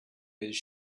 his